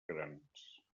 grans